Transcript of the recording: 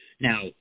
Now